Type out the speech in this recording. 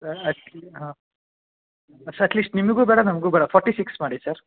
sir actually ಹಾಂ sir at least ನಿಮಗು ಬೇಡ ನಮಗು ಬೇಡ ಫಾರ್ಟಿ ಸಿಕ್ಸ್ ಮಾಡಿ ಸರ್